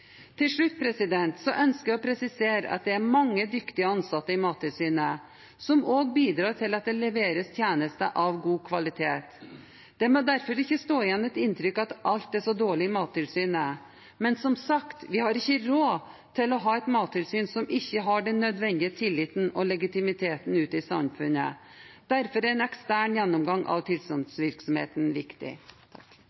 Til slutt ønsker jeg å presisere at det er mange dyktige ansatte i Mattilsynet, som også bidrar til at det leveres tjenester av god kvalitet. Det må derfor ikke stå igjen et inntrykk av at alt er så dårlig i Mattilsynet, men som sagt, vi har ikke råd til å ha et mattilsyn som ikke har den nødvendige tilliten og legitimiteten ute i samfunnet. Derfor er en ekstern gjennomgang av